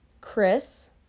Chris